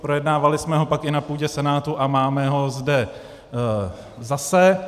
Projednávali jsme ho pak i na půdě Senátu a máme ho zde zase.